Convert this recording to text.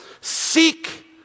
Seek